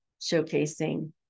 showcasing